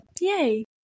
yay